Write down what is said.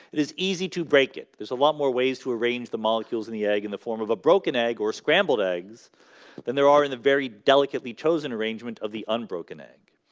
it is easy to break it there's a lot more ways to arrange the molecules in the egg in the form of a broken egg or scrambled eggs then there are in a very delicately chosen arrangement of the unbroken egg